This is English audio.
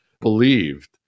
believed